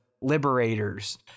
liberators